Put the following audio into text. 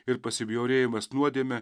ir pasibjaurėjimas nuodėme